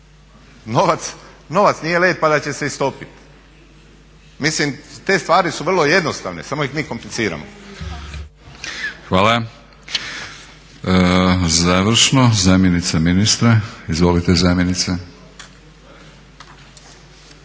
Novac nije led pa da će se istopit. Mislim te stvari su vrlo jednostavne samo ih mi kompliciramo. **Batinić, Milorad (HNS)** Hvala. Završno zamjenica ministra. Izvolite zamjenice.